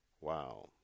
Wow